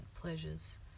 pleasures